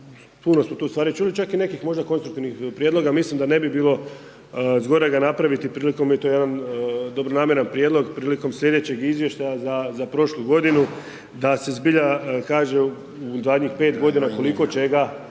puno smo tu stvari čuli, čak i nekih konstruktivnih prijedloga, mislim da ne bi bilo zgorega napraviti prilikom, to je jedan dobronamjeran prijedlog, prilikom sljedećeg izvještaja za prošlu godinu, da se zbilja kaže u zadnjih 5 godina koliko čega